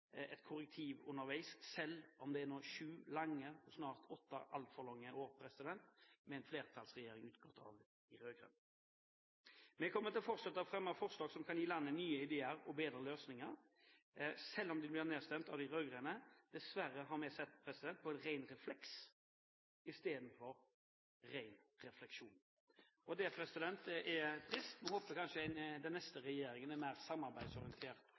et korrektiv underveis, selv om det nå er sju, snart åtte, altfor lange år med en flertallsregjering utgått fra de rød-grønne. Vi kommer til å fortsette å fremme forslag som kan gi landet nye ideer og bedre løsninger, selv om de blir nedstemt av de rød-grønne – dessverre, har vi sett – på ren refleks i stedet for ren refleksjon. Det er trist. Vi håpet kanskje at den neste regjeringen er mer samarbeidsorientert